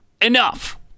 Enough